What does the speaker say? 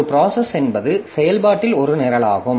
ஒரு ப்ராசஸ் என்பது செயல்பாட்டில் ஒரு நிரலாகும்